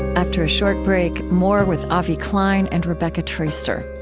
after a short break, more with avi klein and rebecca traister.